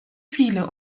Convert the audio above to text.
viele